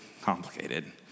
complicated